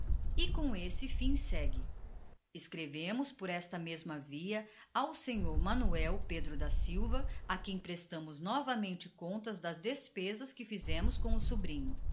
e com esse fim segue por esta mesma via escrevemos ao sr manuel pedro da silva a quem novamente prestamos contas das despesas que fizemos com o sobrinho